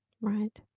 Right